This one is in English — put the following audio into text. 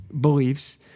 beliefs